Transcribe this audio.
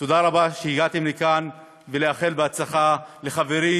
תודה רבה על שהגעתם לכאן, ולאחל הצלחה לחברי,